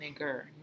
nigger